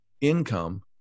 income